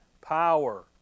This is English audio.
Power